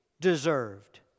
Deserved